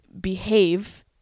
behave